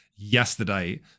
yesterday